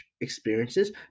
experiences